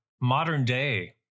modern-day